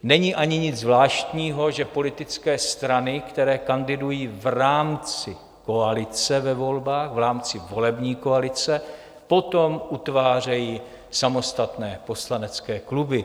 Není ani nic zvláštního, že politické strany, které kandidují v rámci koalice ve volbách, v rámci volební koalice, potom utvářejí samostatné poslanecké kluby.